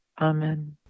amen